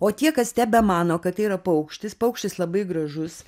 o tie kas tebemano kad tai yra paukštis paukštis labai gražus